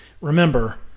remember